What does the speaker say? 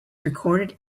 recorded